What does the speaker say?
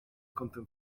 kątem